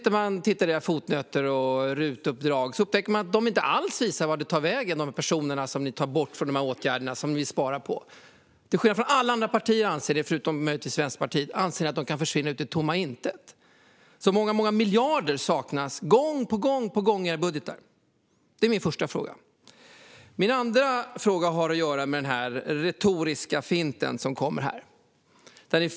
När man tittar i era fotnoter och RUT-uppdrag upptäcker man att det inte alls framgår vart de tar vägen, de personer som ni tar bort från åtgärderna som ni vill spara in på. Till skillnad från alla andra partier anser ni att de kan försvinna ut i tomma intet. Gång på gång saknas det många miljarder i era budgetar. Min andra fråga har att göra med den retoriska finten som kommer här.